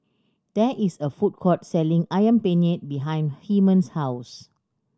there is a food court selling Ayam Penyet behind Hyman's house